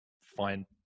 find